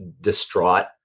distraught